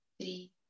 three